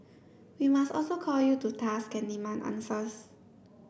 we must also call you to task and demand answers